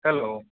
hello